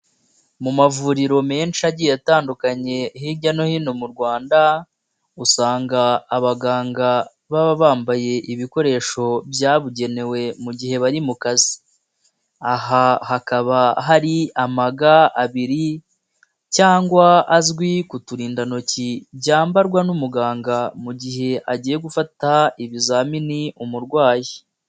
Mu mavuriro menshi agiye atandukanye hirya no hino mu Rwanda usanga abaganga baba bambaye ibikoresho byabugenewe mu gihe bari mu kazi, aha hakaba hari amaga abiri cyangwa azwi ku turindantoki byambarwa n'umuganga mu gihe agiye gufata ibizamini umurwayi.